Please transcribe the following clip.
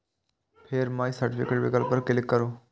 फेर my certificate विकल्प पर क्लिक करू